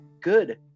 good